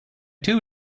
two